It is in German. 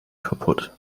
kaputt